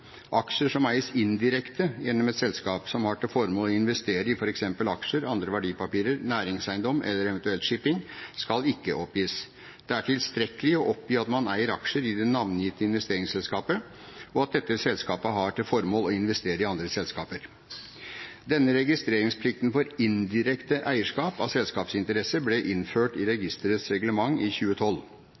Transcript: Aksjer som eies indirekte gjennom et selskap som har til formål å investere i f.eks. aksjer, andre verdipapirer, næringseiendom eller eventuelt shipping, skal ikke oppgis. Det er tilstrekkelig å oppgi at man eier aksjer i det navngitte investeringsselskapet, og at dette selskapet har til formål å investere i andre selskap. Denne registreringsplikten for indirekte eierskap av selskapsinteresser ble innført i registerets reglement i 2012.